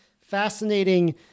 fascinating